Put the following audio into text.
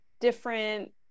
different